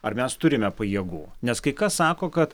ar mes turime pajėgų nes kai kas sako kad